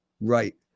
right